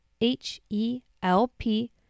H-E-L-P